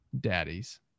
Daddies